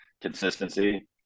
consistency